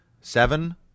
Seven